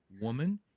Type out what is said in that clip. woman